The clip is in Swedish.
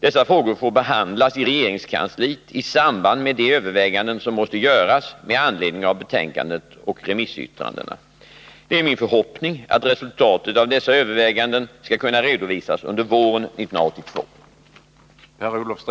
Dessa frågor får behandlas i regeringskansliet i samband med de överväganden som måste göras med anledning av betänkandet och remissyttrandena. Det är min förhoppning att resultatet av dessa överväganden skall kunna redovisas under våren 1982.